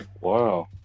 Wow